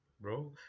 Bro